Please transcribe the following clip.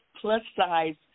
plus-size